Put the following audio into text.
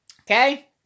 okay